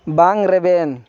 ᱵᱟᱝ ᱨᱮᱵᱮᱱ